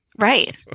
Right